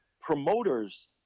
promoters